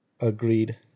agreed